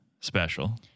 special